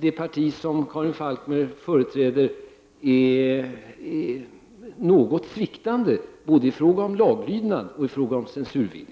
Det parti Karin Falkmer representerar är alltså något sviktande både i fråga om laglydnad och i fråga om censurvilja.